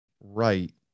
right